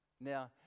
now